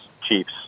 Chiefs